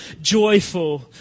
joyful